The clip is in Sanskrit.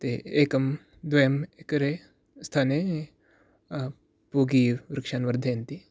ते एकं द्वयम् एकरे स्थाने पूगवृक्षान् वर्धयन्ति